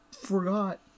forgot